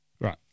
Right